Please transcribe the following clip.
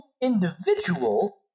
individual